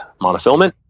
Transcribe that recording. monofilament